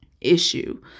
issue